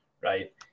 Right